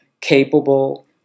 capable